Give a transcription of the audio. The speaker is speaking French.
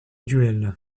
duel